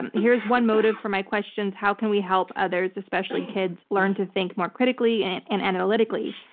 and here's one motive for my questions, how can we help others, especially kids, learn to think more critically and and analytically?